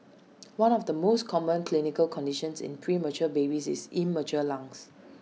one of the most common clinical conditions in premature babies is immature lungs